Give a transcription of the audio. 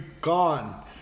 gone